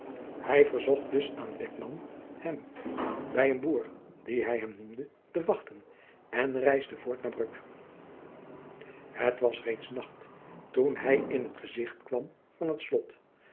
hij verzocht dus aan beckman hem bij een boer dien hij hem noemde te wachten en reisde voort naar bruck het was reeds nacht toen hij in t gezicht kwam van het slot